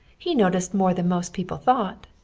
he noticed more than most people thought.